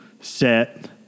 set